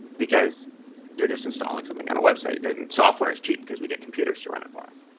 because they're just installing something on a website. and and software is cheap, because we get computers to run it for us.